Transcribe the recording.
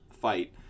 fight